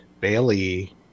Bailey